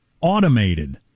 automated